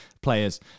players